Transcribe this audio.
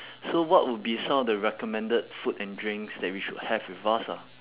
so what would be some of the recommended food and drinks that we should have with us ah